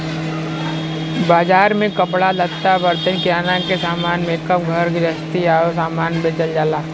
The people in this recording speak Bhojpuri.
बाजार में कपड़ा लत्ता, बर्तन, किराना के सामान, मेकअप, घर गृहस्ती आउर सामान बेचल जाला